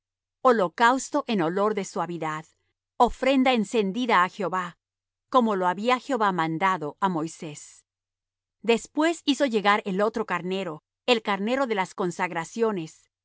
holocausto en olor de suavidad ofrenda encendida á jehová como lo había jehová mandado á moisés después hizo llegar el otro carnero el carnero de las consagraciones